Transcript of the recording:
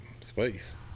space